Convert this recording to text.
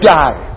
die